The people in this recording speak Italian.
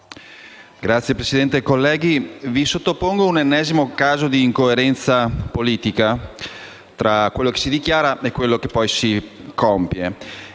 Signor Presidente, colleghi, vi sottopongo un ennesimo caso di incoerenza politica tra quello che si dichiara e quello che poi si compie.